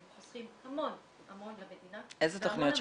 חוסכים המון המון למדינה -- איזה תכניות שיקומיות?